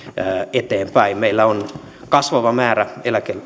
eteenpäin meillä on kasvava määrä